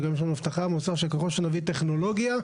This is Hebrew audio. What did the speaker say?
וגם יש לנו הבטחה מהאוצר שככל שנביא טכנולוגיה,